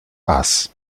ass